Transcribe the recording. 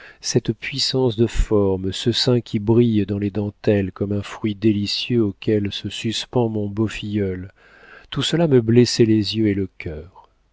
cette puissance de formes ce sein qui brille dans les dentelles comme un fruit délicieux auquel se suspend mon beau filleul tout cela me blessait les yeux et le cœur